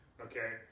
Okay